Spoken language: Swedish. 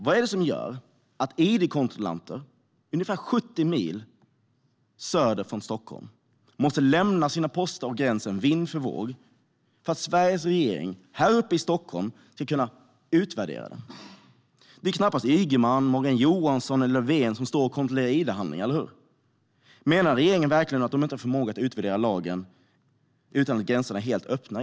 Vad är det som gör att id-kontrollanter ungefär 70 mil söder om Stockholm måste lämna sin post och gränsen vind för våg för att Sveriges regering uppe i Stockholm ska kunna utvärdera den? Det är knappast Ygeman, Morgan Johansson eller Löfven som står och kontrollerar id-handlingar, eller hur? Menar regeringen verkligen att man inte har förmågan att utvärdera lagen utan att gränserna är helt öppna?